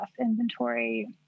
inventory